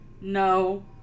No